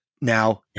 Now